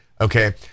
okay